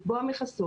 מכסות.